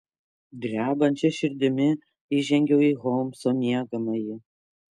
drebančia širdimi įžengiau į holmso miegamąjį